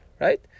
right